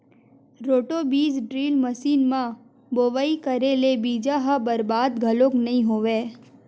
roto बीज drill machine म बोवई करे ले बीजा ह बरबाद घलोक नइ होवय